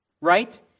Right